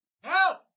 help